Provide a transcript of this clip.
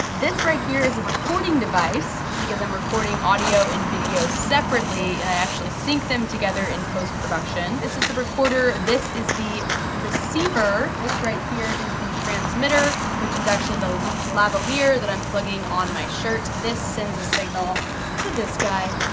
this right here is a recording device because i'm recording audio and video separately, and i actually sync them together in post production. this is the recorder, this is the receiver. this right here is the transmitter, which is actually the lavalier that i'm plugging on my shirt. this sends a signal to this guy,